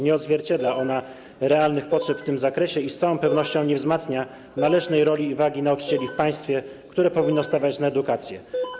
Nie odzwierciedla ona realnych potrzeb w tym zakresie i z całą pewnością nie wzmacnia należnej roli i wagi nauczycieli w państwie, które powinno stawiać na edukację.